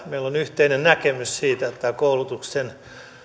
meillä on yhteinen näkemys siitä että